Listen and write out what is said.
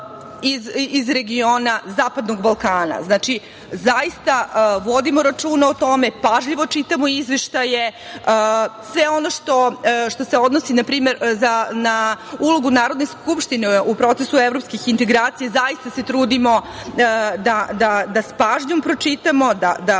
iz regiona zapadnog Balkana. Znači, zaista vodimo računa o tome, pažljivo čitamo izveštaje, sve ono što se odnosi, npr. na ulogu Narodne skupštine u procesu evropskih integracija, zaista se trudimo da sa pažnjom pročitamo, da